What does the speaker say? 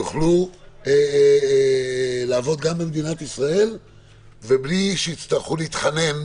יוכלו לעבוד גם למדינת ישראל ומבלי שיצטרכו להתחנן